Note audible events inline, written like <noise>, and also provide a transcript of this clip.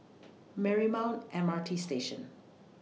<noise> Marymount M R T Station